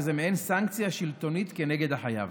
וזו מעין סנקציה שלטונית כנגד החייב.